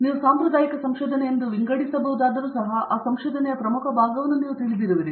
ಹಾಗಾಗಿ ನೀವು ಸಾಂಪ್ರದಾಯಿಕ ಸಂಶೋಧನೆ ಎಂದು ವಿಂಗಡಿಸಬಹುದಾದರೂ ಸಹ ಆ ಸಂಶೋಧನೆಯ ಪ್ರಮುಖ ಭಾಗವನ್ನು ನೀವು ತಿಳಿದಿರುವಿರಿ